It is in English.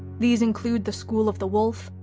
these include the school of the wolf,